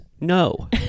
no